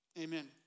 amen